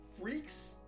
freaks